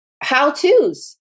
how-to's